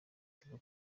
tigo